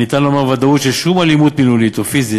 ניתן לומר בוודאות ששום אלימות מילולית או פיזית